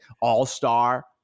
all-star